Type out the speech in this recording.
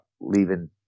leaving